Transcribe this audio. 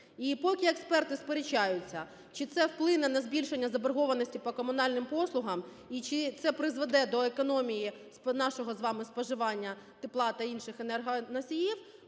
І поки експерти сперечаються, чи це вплине на збільшення заборгованості по комунальним послугам, і чи це призведе до економії нашого з вами споживання тепла та інших енергоносіїв,